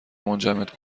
منجمد